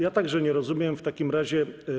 Ja także nie rozumiem w takim razie.